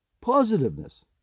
Positiveness